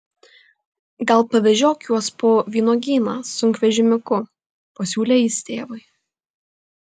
gal pavežiok juos po vynuogyną sunkvežimiuku pasiūlė jis tėvui